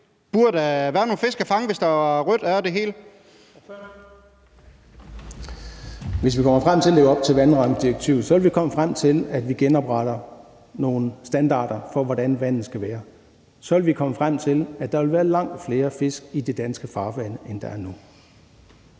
Hvis vi kommer frem til at leve op til vandrammedirektivet, vil vi komme frem til, at vi genopretter nogle standarder for, hvordan vandet skal være. Så vil vi komme frem til, at der vil være langt flere fisk i de danske farvande, end der er nu.